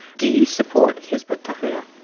do you support hizb ut-tahrir?